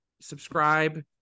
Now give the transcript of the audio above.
subscribe